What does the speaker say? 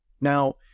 Now